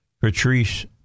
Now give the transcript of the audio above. Patrice